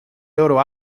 loro